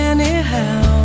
Anyhow